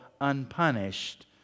unpunished